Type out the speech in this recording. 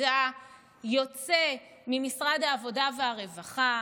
העבודה יוצא ממשרד העבודה והרווחה.